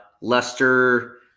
Leicester